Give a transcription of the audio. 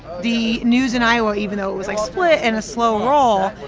the news in iowa, even though it was, like, split and a slow roll,